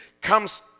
comes